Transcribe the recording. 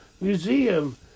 museum